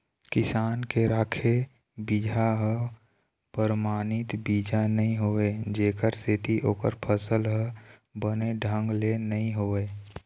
किसान के राखे बिजहा ह परमानित बीजा नइ होवय जेखर सेती ओखर फसल ह बने ढंग ले नइ होवय